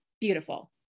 beautiful